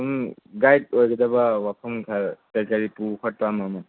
ꯁꯨꯝ ꯒꯥꯏꯠ ꯑꯣꯏꯒꯗꯕ ꯋꯥꯐꯝ ꯈꯔ ꯀꯔꯤ ꯀꯔꯤ ꯄꯨꯈꯣꯠꯄ ꯑꯃ ꯑꯃ